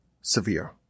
severe